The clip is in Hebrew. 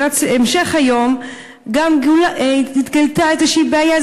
לקראת המשך היום התגלתה איזושהי בעיה,